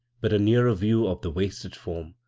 but a nearer view of the wasted form,